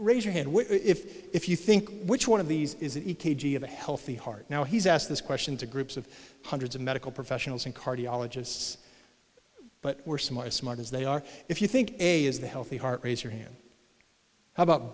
raise your head what if if you think which one of these is an e k g of a healthy heart now he's asked this question to groups of hundreds of medical professionals and cardiologists but were smart as smart as they are if you think a is the healthy heart raise your hand how about